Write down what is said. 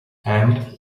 and